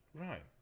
right